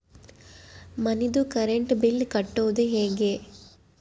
ಮನಿದು current bill ಕಟ್ಟೊದು ಹೇಗೆ?